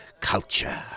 culture